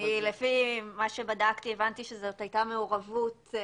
לפי מה שבדקתי הבנתי שזאת הייתה מעורבות של